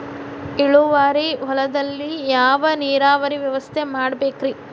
ಇಳುವಾರಿ ಹೊಲದಲ್ಲಿ ಯಾವ ನೇರಾವರಿ ವ್ಯವಸ್ಥೆ ಮಾಡಬೇಕ್ ರೇ?